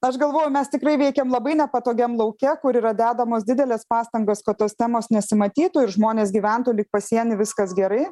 aš galvoju mes tikrai veikėm labai nepatogiam lauke kur yra dedamos didelės pastangos kad tos temos nesimatytų ir žmonės gyventų lyg pasieny viskas gerai